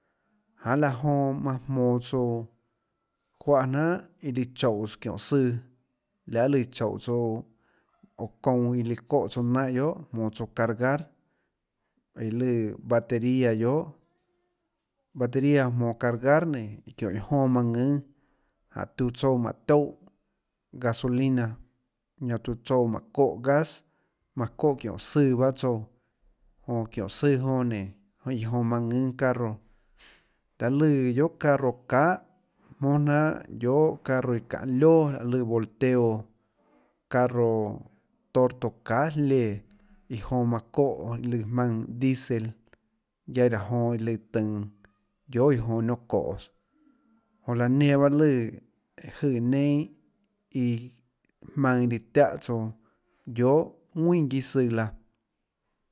Janê laã jonã manã jmonå tsouã juáhã jnanhà iã lùã choúhås çiónhå søã lahê lùã choúhå tsouã oå çounã iã lùã çóhå tsouã naínhã guiohà jmonå tsouã cargar iã lùã batería guiohà batería jmonå cargar nénå çiónhå iã jonã manã ðùnâ jánhå tiuã tsouã mánhå tióhã gasolina ñanã tiuã tsouã mánhå çóhã gas manã çóhã çióhå søã bahâ tsouã jonã çióhå søã jonã nénå iã jonã manã ðùnâ carro liahê lùã guiohà carro çahà jmónà jnanhà guiohà carro iã çanhê lioà lùã volteo carro torto çahà jléã iã jonã manã çóhã lùã jmaønã disel guiaâ raã jonã iã lùã tønå guiohà iã jonã nióhã çóhås jonã laã nenã pahâ lùã láhå jøè neinâ iã jmaønã iã lùã tiáhå tsouã ðuinà guiâ søã laã.